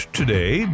today